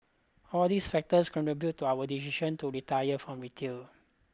all these factors contributed to our decision to retire from retail